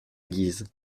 guise